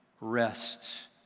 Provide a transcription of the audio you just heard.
rests